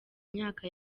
myaka